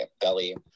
belly